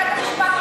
בבית-משפט,